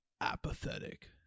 apathetic